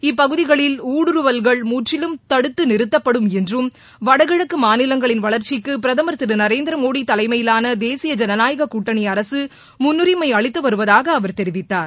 இப்பகுதிகளில் ஊடுருவல்கள் முற்றிலும் தடுத்து நிறுத்தப்படும் என்றும் வடகிழக்கு மாநிலங்களின் வளர்ச்சிக்கு பிரதமர் திரு நரேந்திரமோடி தலைமையிலான தேசிய ஜனநாயகக் கூட்டணி அரசு முன்னுரிமை அளித்துவருவதாக அவர் தெரிவித்தார்